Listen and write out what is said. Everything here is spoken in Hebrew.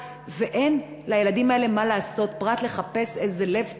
ואין לילדים האלה מה לעשות פרט לחפש איזה לב טוב,